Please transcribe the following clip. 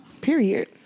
Period